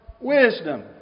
wisdom